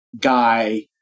guy